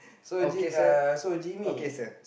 okay sir okay sir